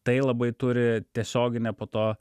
tai labai turi tiesioginę po to